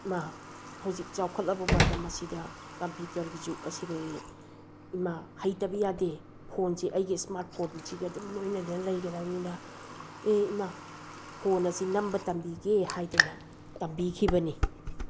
ꯃꯥ ꯍꯧꯖꯤꯛ ꯆꯥꯎꯈꯠꯂꯕ ꯃꯇꯝ ꯑꯁꯤꯗ ꯀꯝꯄꯤꯎꯇꯔꯒꯤ ꯖꯨꯛ ꯑꯁꯤꯗꯗꯤ ꯏꯃꯥ ꯍꯩꯇꯕ ꯌꯥꯗꯦ ꯐꯣꯟꯁꯦ ꯑꯩꯒꯤ ꯏꯁꯃꯥꯔꯠ ꯐꯣꯟꯁꯤꯗꯤ ꯑꯗꯨꯝ ꯂꯣꯏꯅꯗꯅ ꯂꯩꯒꯗꯝꯅꯤ ꯑꯦ ꯏꯃꯥ ꯐꯣꯟ ꯑꯁꯤ ꯅꯝꯕ ꯇꯝꯕꯤꯒꯦ ꯍꯥꯏꯗꯅ ꯇꯝꯕꯤꯈꯤꯕꯅꯤ